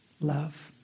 Love